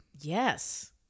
Yes